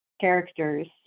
characters